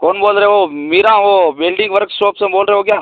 कौन बोल रहे हो मीरा वह वेल्डिंग वर्कशॉप से बोल रहे हो क्या